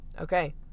Okay